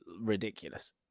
ridiculous